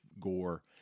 Gore